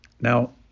Now